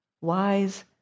wise